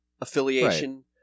affiliation